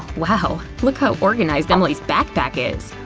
wow! look how organized emily's backpack is!